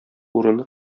урыны